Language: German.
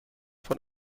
von